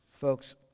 Folks